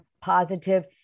positive